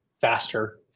faster